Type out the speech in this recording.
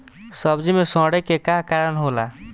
सब्जी में सड़े के का कारण होला?